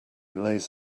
lays